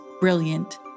brilliant